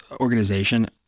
organization